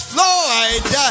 Floyd